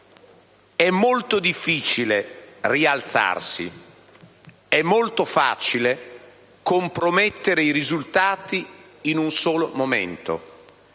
è molto difficile rialzarsi, ma è molto facile compromettere i risultati in un solo momento.